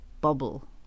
bubble